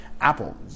Apple